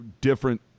different